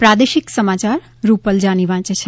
પ્રાદેશિક સમાચાર રૂપલ જાની વાંચે છે